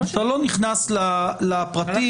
אתה לא נכנס לפרטים,